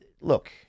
look